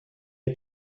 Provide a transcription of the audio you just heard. est